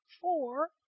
four